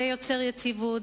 זה יוצר יציבות,